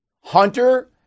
Hunter